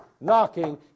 knocking